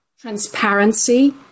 transparency